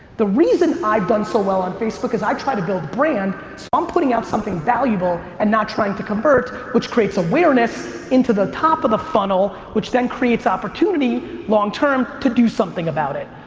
the reason i've done so well on facebook is i try to build brand, so i'm putting out something valuable and not trying to convert, which creates awareness into the top of funnel, which then creates opportunity long-term to do something about it.